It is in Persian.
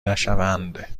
نشوند